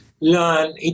learn